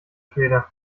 schwede